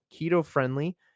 keto-friendly